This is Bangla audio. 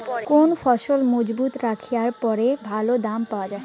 কোন ফসল মুজুত রাখিয়া পরে ভালো দাম পাওয়া যায়?